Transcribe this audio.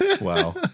Wow